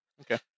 Okay